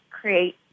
create